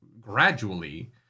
gradually